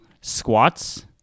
squats